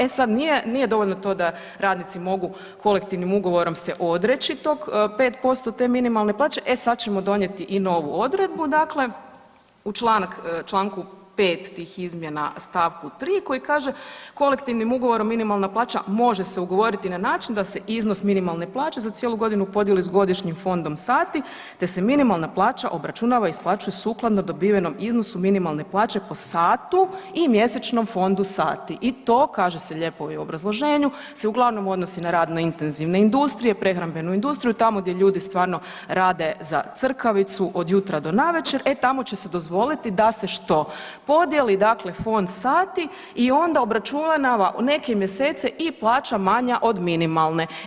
E sad nije, nije dovoljno to da radnici mogu kolektivnim ugovorom se odreći tog 5% te minimalne plaće, e sad ćemo donijeti i novu odredbu dakle u čl. 5. tih izmjena st. 3. koji kaže kolektivnim ugovorom minimalna plaća može se ugovoriti na način da se iznos minimalne plaće za cijelu godinu podijeli s godišnjim fondom sati, te se minimalna plaća obračunava i isplaćuje sukladno dobivenom iznosu minimalne plaće po satu i mjesečnom fondu sati i to kaže se lijepo i u obrazloženju, se uglavnom odnosi na radno intenzivne industrije, prehrambenu industriju, tamo gdje ljudi stvarno rade za crkavicu od jutra do navečer, e tamo će se dozvoliti da se što, podijeli dakle fond sati i onda obračunava u neke mjesece i plaća manja od minimalne.